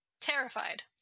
terrified